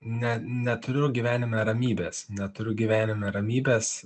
ne neturiu gyvenime ramybės neturiu gyvenime ramybės